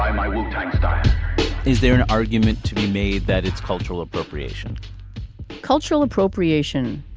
my my style. is there an argument to be made that it's cultural appropriation cultural appropriation